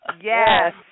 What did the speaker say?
Yes